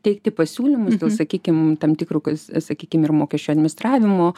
teikti pasiūlymus dėl sakykim tam tikro kas sakykim ir mokesčių administravimo